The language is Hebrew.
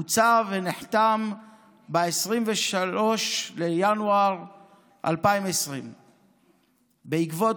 הוצא ונחתם ב-23 בינואר 2020. בעקבות